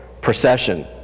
procession